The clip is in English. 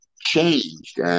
changed